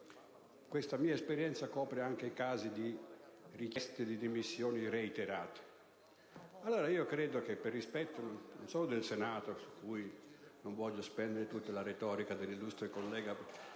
(questa mia esperienza copre anche casi di richieste di dimissioni reiterate).